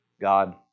God